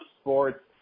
sports